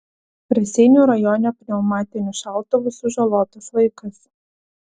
raseinių rajone pneumatiniu šautuvu sužalotas vaikas